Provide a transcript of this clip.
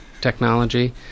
technology